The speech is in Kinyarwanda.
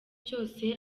cyose